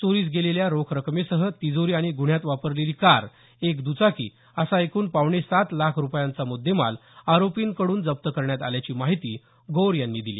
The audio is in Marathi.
चोरीस गेलेल्या रोख रकमेसह तिजोरी आणि गुन्ह्यात वापरलेली कार एक दुचाकी असा एकूण पावणेसात लाख रूपयांचा मुद्देमाल आरोपीकडून जप्त करण्यात आल्याची माहिती गौर यांनी दिली